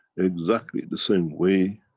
exactly the same way